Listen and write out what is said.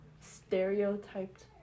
stereotyped